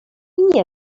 nie